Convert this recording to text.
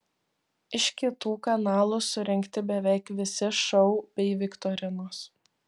iš kitų kanalų surinkti beveik visi šou bei viktorinos